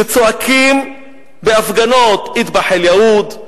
כשצועקים בהפגנות "אטבח אל-יהוד",